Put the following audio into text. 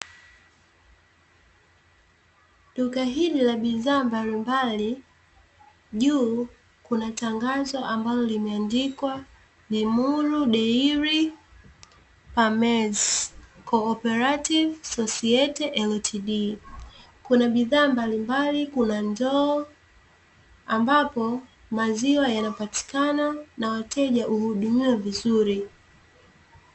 Duka hili la bidhaa mbalimbali. Juu kuna tangazo ambalo limeandikwa, "Limuru Dairy Farmers Cooperative Society Ltd". Kuna bidhaa mbalimbali, kuna ndoo ambapo maziwa yanapatikana na wateja uhudumiwa vizuri.